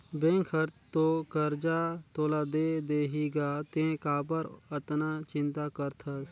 bank हर तो करजा तोला दे देहीगा तें काबर अतना चिंता करथस